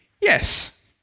yes